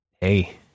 Hey